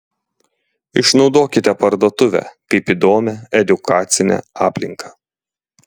išnaudokite parduotuvę kaip įdomią edukacinę aplinką